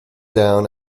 down